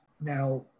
Now